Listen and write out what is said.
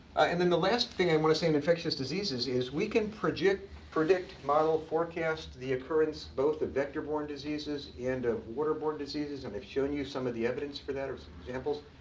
and then the last thing i want to say on infectious diseases is, we can predict predict mild forecasts, the occurrence both of vector borne diseases and waterborne diseases, and i've shown you some of the evidence for that, or some examples.